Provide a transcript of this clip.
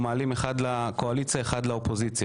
הנחה.